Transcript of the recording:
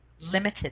Limited